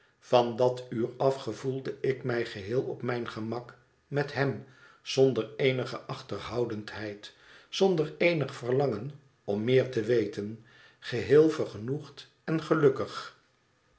van dat uur af gevoelde ik mij geheel op mijn gemak met hem zonder eenige achterhoudendheid zonder eenig verlangen om meer te weten geheel vergenoegd en gelukkig